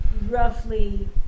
roughly